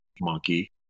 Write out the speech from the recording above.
monkey